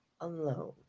alone